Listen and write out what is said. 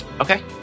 Okay